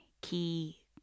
key